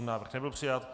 Návrh nebyl přijat.